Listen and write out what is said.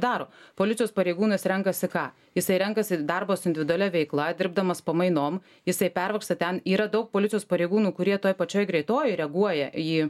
daro policijos pareigūnas renkasi ką jisai renkasi darbą su individualia veikla dirbdamas pamainom jisai pervargsta ten yra daug policijos pareigūnų kurie toj pačioj greitojoj reaguoja į